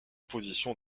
position